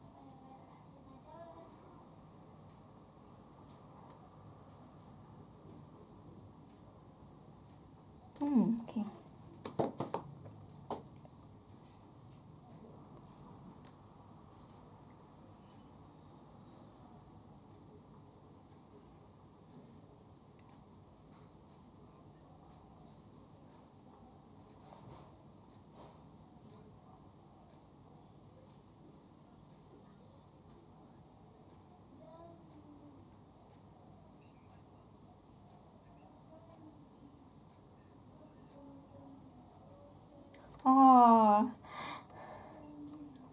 mm okay !aww!